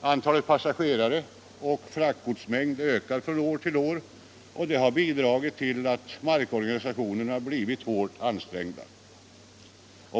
Antalet passagerare samt mängden av fraktgods ökar från år till år, och detta har bl.a. bidragit till att markorganisationen har blivit hårt ansträngd.